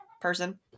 person